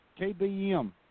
KBM